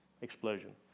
explosion